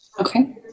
Okay